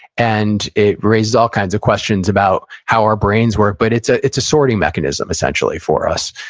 and it raises all kinds of questions about how our brains work. but it's ah it's a sorting mechanism, essentially, for us.